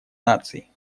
наций